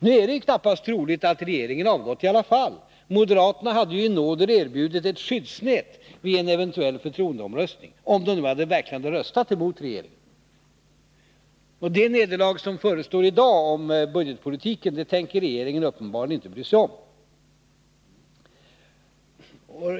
Nu är det knappast troligt att regeringen hade avgått i alla fall. Moderaterna hade ju — om de verkligen skulle ha röstat emot regeringen —-i nåder erbjudit ett skyddsnät vid en eventuell förtroendeomröstning. Det nederlag som förestår i dag och som gäller budgetpolitiken tänker regeringen uppenbarligen inte bry sig om.